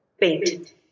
Paint